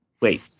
Wait